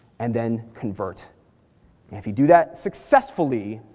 and then convert, and if you do that successfully,